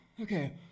Okay